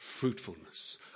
fruitfulness